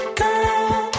girl